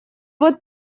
вот